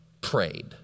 prayed